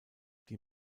die